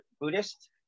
Buddhist